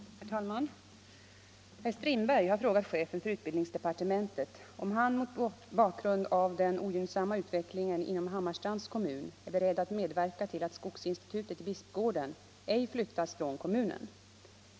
Herr talman! Herr Strindberg har frågat chefen för utbildningsdepartementet om han mot bakgrund av den ogynnsamma utvecklingen inom Hammarstrands kommun är beredd att medverka till att skogsinstitutet i Bispgården ej flyttas från kommunen.